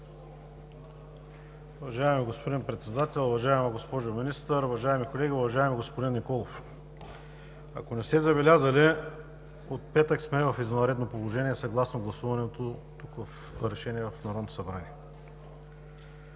Уважаеми господин Председател, уважаема госпожо Министър, уважаеми колеги! Уважаеми господин Николов, ако не сте забелязали, от петък сме в извънредно положение, съгласно гласуваното решение в Народното събрание.